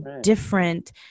different